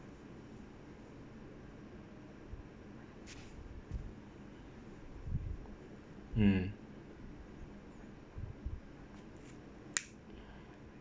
mm